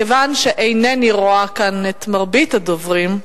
מכיוון שאינני רואה כאן את מרבית הדוברים,